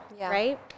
right